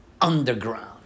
Underground